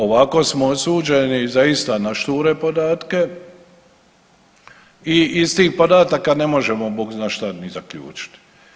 Ovako smo osuđeni zaista na šture podatke i iz tih podataka ne možemo Bog zna šta zaključiti.